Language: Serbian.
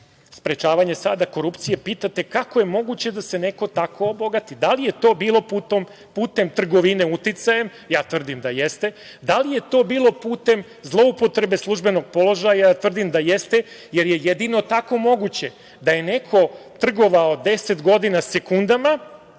sprečavanje korupcije sada pitate – kako je moguće da se neko tako obogati? Da li je to bilo putem trgovine, uticajem? Ja tvrdim da jeste. Da li je to bilo putem zloupotrebe službenog položaja? Ja tvrdim da jeste, jer je jedino tako moguće, da je neko trgovao deset godina sekundama